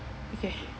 okay